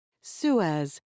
Suez